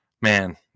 Man